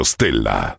Stella